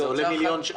זה הוצאה חד-פעמית.